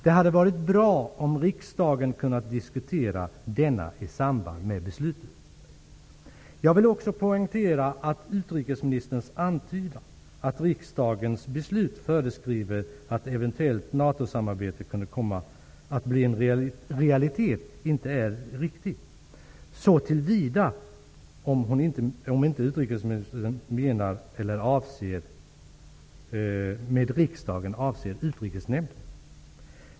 Det hade varit bra, om riksdagen kunnat diskutera den frågan i samband med beslutet. Jag vill också poängtera att utrikesministerns antydan, att riksdagens beslut föreskriver att eventuellt NATO-samarbete kunde komma att bli en realitet, inte är riktig -- såvida inte utrikesministern med riksdagen avser Utrikesnämnden.